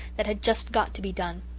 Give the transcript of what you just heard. that had just got to be done.